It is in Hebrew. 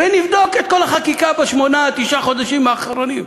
ונבדוק את כל החקיקה בשמונה-תשעה החודשים האחרונים.